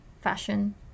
fashion